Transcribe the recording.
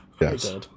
yes